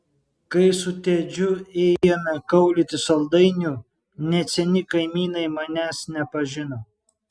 kai su tedžiu ėjome kaulyti saldainių net seni kaimynai manęs nepažino